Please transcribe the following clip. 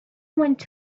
went